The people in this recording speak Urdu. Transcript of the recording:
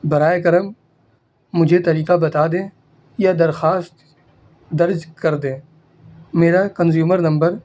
برائے کرم مجھے طریقہ بتا دیں یا درخواست درج کر دیں میرا کنزیومر نمبر